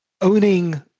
owning